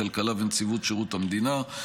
משרד הכלכלה ונציבות שירות המדינה,